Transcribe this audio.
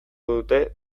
dute